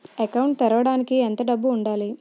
Account తెరవడానికి ఎంత డబ్బు ఉండాలి?